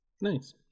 Nice